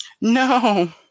No